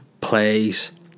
plays